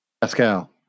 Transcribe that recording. Pascal